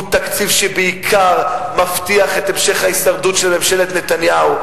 הוא תקציב שבעיקר מבטיח את המשך ההישרדות של ממשלת נתניהו,